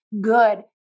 good